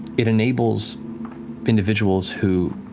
it enables individuals who.